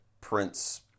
Prince